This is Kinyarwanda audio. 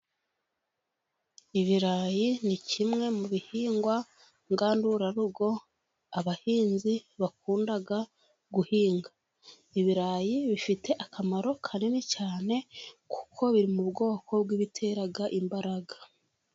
Ibirayi ni kimwe mu bihingwa ngandurarugo, abahinzi bakunda guhinga. Ibirayi bifite akamaro kanini cyane kuko biri mu bwoko bw'ibitera imbaraga.